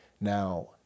Now